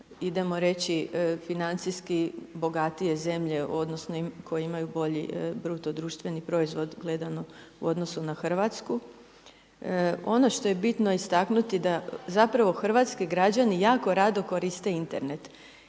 idemo reći financijski bogatije zemlje odnosno koje imaju bolji BDP gledano u odnosu na Hrvatsku. Ono što je bitno istaknuti da zapravo hrvatski građani jako rado koriste Internet.